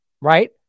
Right